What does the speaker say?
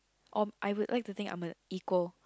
or I would like to think I'm a equal